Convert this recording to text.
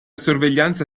sorveglianza